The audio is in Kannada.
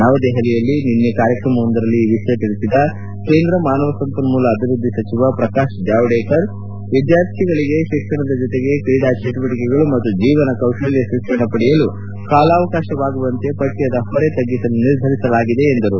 ನವದೆಹಲಿಯಲ್ಲಿ ನಿನ್ನೆ ಕಾರ್ಯಕ್ರಮವೊಂದರಲ್ಲಿ ಈ ವಿಷಯ ತಿಳಿಸಿದ ಕೇಂದ್ರ ಮಾನವ ಸಂಪನ್ಮೂಲ ಅಭಿವೃದ್ದಿ ಸಚಿವ ಪ್ರಕಾಶ್ ಜಾವಡೇಕರ್ ವಿದ್ಯಾರ್ಥಿಗಳಿಗೆ ಶಿಕ್ಷಣದ ಜೊತೆಗೆ ಕ್ರೀಡಾ ಚಟುವಟಿಕೆಗಳು ಮತ್ತು ಜೀವನ ಕೌಶಲ್ಯ ಶಿಕ್ಷಣ ಪಡೆಯಲು ಕಾಲಾವಕಾಶವಾಗುವಂತೆ ಪಠ್ಯದ ಹೊರೆ ತಗ್ಗಿಸಲು ನಿರ್ಧರಿಸಲಾಗಿದೆ ಎಂದರು